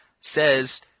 says